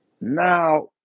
Now